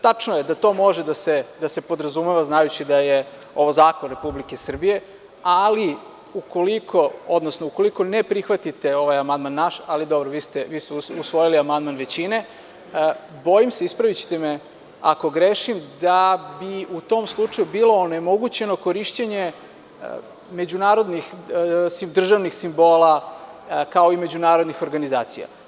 Tačno je da to može da se podrazumeva, znajući da je ovo zakon Republike Srbije, ali ukoliko ne prihvatite ovaj amandman naš, ali dobro, vi ste usvojili amandman većine, bojim se, ispravićete me ako grešim, da bi u tom slučaju bilo onemogućeno korišćenje međunarodnih državnih simbola, kao i međunarodnih organizacija.